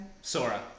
Sora